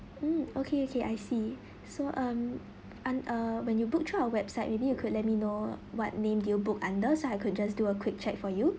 mm okay okay I see so um and uh when you book through our website maybe you could let me know what name do you book under so I could just do a quick check for you